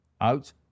Out